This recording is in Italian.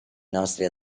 nostri